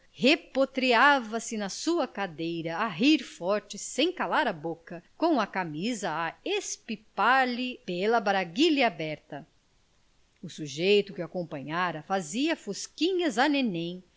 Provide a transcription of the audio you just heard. forno repotreava se na sua cadeira a rir forte sem calar a boca com a camisa a espipar lhe pela braguilha aberta o sujeito que a acompanhara fazia fosquinhas a